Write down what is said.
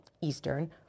Eastern